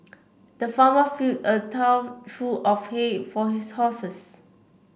the farmer filled a trough full of hay for his horses